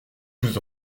vous